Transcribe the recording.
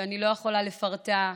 שאני לא יכולה לפרטה,